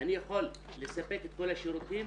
אני יכול לספק את כל השירותים?